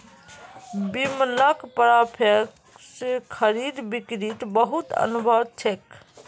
बिमलक फॉरेक्स खरीद बिक्रीत बहुत अनुभव छेक